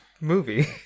movie